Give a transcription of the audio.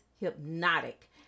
Hypnotic